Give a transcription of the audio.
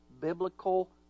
biblical